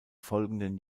folgenden